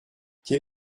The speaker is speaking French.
quel